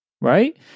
right